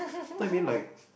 thought you mean like